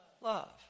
love